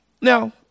Now